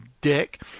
dick